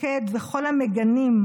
שקד וכל המגנים,